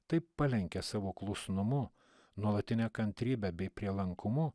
taip palenkė savo klusnumu nuolatine kantrybe bei prielankumu